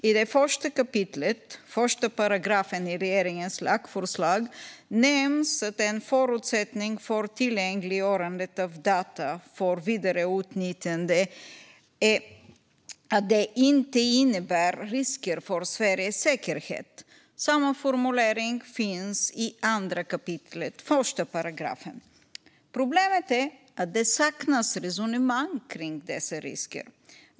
I 1 kap. 1 § i regeringens lagförslag nämns i och för sig att en förutsättning för tillgängliggörandet av data för vidareutnyttjande är att det inte innebär risker för Sveriges säkerhet. Samma formulering finns i 2 kap. 1 §. Problemet är att i förslaget saknas resonemang om dessa risker.